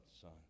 son